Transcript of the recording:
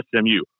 SMU